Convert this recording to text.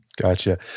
Gotcha